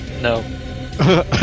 No